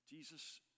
Jesus